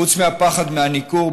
חוץ מהפחד מהניכור,